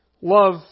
love